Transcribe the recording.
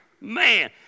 Man